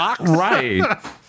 Right